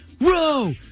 row